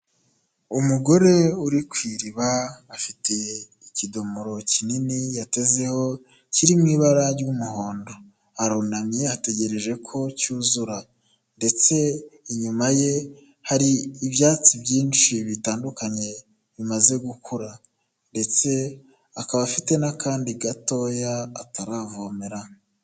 Umugore uri ku iriba afite ikidomoro kinini yatezeho kiri mu ibara ry'umuhondo, arunamye ategereje ko cyuzura ndetse inyuma ye hari ibyatsi byinshi bitandukanye bimaze gukura, ndetse akaba afite n'akandi gatoya ataravomera.